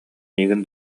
миигин